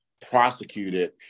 prosecuted